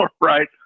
right